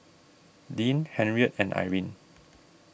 Deann Henriette and Irene